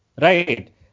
right